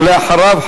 ולאחריו,